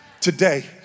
today